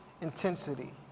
intensity